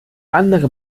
andere